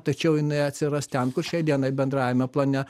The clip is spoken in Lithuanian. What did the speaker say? tačiau jinai atsiras ten kur šiai dienai bendrajame plane